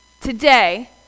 today